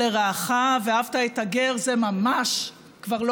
D9 על כל קבוצה בחברה הישראלית,